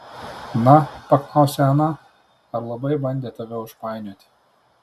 na paklausė ana ar labai bandė tave užpainioti